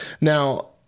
now